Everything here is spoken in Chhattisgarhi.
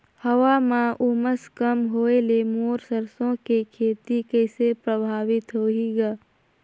हवा म उमस कम होए ले मोर सरसो के खेती कइसे प्रभावित होही ग?